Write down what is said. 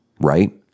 right